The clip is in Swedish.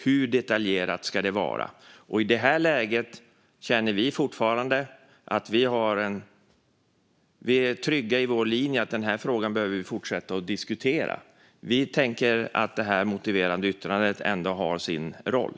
Hur detaljerat ska det vara? I det här läget är vi trygga med vår linje: att vi behöver fortsätta att diskutera den här frågan. Vi tänker att det motiverade yttrandet ändå har sin roll.